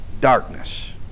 darkness